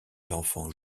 l’enfant